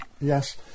Yes